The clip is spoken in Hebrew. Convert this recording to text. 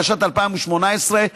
התשע"ט 2018,